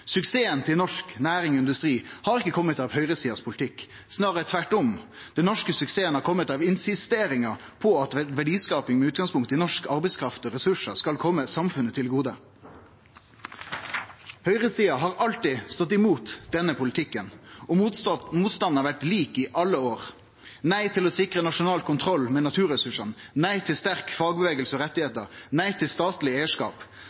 Suksessen til norsk næring og industri har ikkje kome av politikken til høgresida, snarare tvert om. Den norske suksessen har kome av insisteringa på at verdiskaping med utgangspunkt i norsk arbeidskraft og norske ressursar skal kome samfunnet til gode. Høgresida har alltid stått imot denne politikken, og motstanden har vore lik i alle år: nei til å sikre nasjonal kontroll med naturressursane, nei til sterk fagrørsle og rettar, nei til statleg eigarskap.